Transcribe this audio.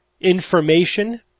information